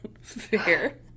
Fair